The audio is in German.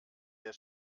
der